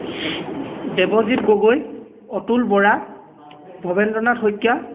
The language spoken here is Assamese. দেৱজিত গগৈ অতুল বৰা ভৱেন্দ্ৰনাথ শইকীয়া